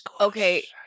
Okay